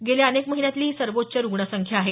गेल्या अनेक महिन्यातली ही सर्वोच्च रुग्णसंख्या आहे